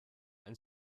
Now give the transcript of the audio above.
and